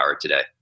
today